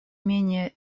менее